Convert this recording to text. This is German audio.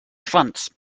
schwanz